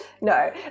No